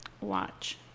watch